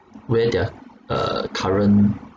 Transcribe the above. where their uh current